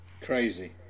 Crazy